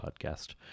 podcast